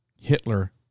Hitler